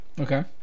Okay